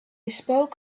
spoke